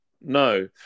No